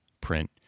print